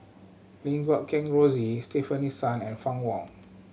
Lim Guat Kheng Rosie Stefanie Sun and Fann Wong